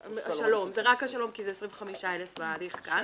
זה רק השלום כי זה 25,000 בהליך כאן.